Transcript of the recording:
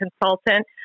consultant